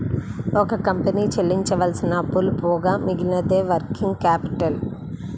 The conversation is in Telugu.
ఒక కంపెనీ చెల్లించవలసిన అప్పులు పోగా మిగిలినదే వర్కింగ్ క్యాపిటల్